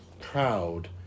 proud